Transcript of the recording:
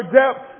depth